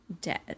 Dead